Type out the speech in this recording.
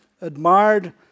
admired